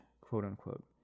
quote-unquote